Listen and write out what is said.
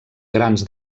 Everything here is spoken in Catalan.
grans